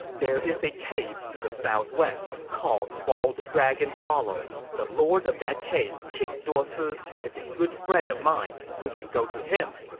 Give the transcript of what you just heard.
there is a cave to the southwest, called bald dragon hollow. the lord of that cave, king duosi, is a good friend of mine. we can go to him.